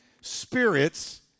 spirits